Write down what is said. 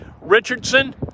richardson